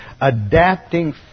adapting